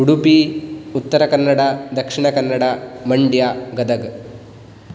Udupi Uttara Kannada Dakshina Kannada Mandya Gadag